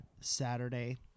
Saturday